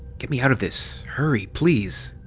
get me out of this, hurry, please!